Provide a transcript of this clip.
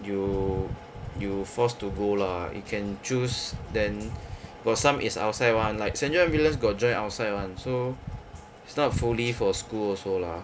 you you forced to go lah you can choose then for some is outside [one] like saint john ambulance got join outside [one] so it's not fully for school also lah